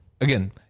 again